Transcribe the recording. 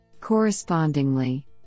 Correspondingly